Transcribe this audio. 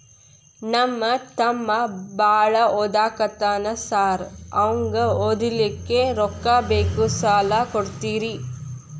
ನಮ್ಮ ತಮ್ಮ ಬಾಳ ಓದಾಕತ್ತನ ಸಾರ್ ಅವಂಗ ಓದ್ಲಿಕ್ಕೆ ರೊಕ್ಕ ಬೇಕು ಸಾಲ ಕೊಡ್ತೇರಿ?